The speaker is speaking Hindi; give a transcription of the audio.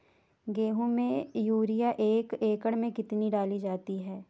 गेहूँ में यूरिया एक एकड़ में कितनी डाली जाती है?